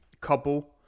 couple